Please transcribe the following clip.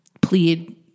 plead